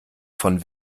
von